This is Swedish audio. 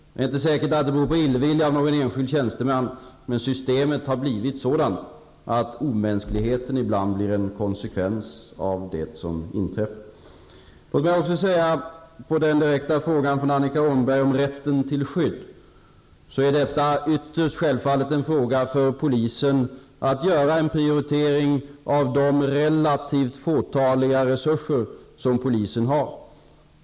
Det är inte säkert att det beror på illviljan hos någon enskild tjänsteman, men systemet har blivit sådant att omänsklighet ibland blir en konsekvens av det som inträffat. Låt mig svara på den direkta frågan från Annika Åhnberg om rätten till skydd, att det ytterst självfallet är en fråga för polisen att göra en prioritering av de relativt ringa resurser som polisen har.